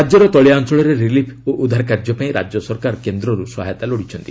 ରାଜ୍ୟର ତଳିଆ ଅଞ୍ଚଳରେ ରିଲିଫ୍ ଓ ଉଦ୍ଧାର କାର୍ଯ୍ୟ ପାଇଁ ରାଜ୍ୟ ସରକାର କେନ୍ଦ୍ରରୁ ସହାୟତା ଲୋଡ଼ିଛନ୍ତି